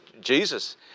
Jesus